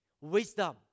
Wisdom